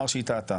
להעמיק בדבר.